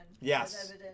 Yes